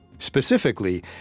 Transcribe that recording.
Specifically